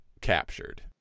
captured